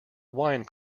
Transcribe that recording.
wine